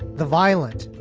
the violent.